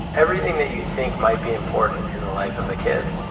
everything that you think might be important in the life of a kid,